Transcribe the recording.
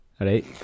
alright